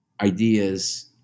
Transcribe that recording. ideas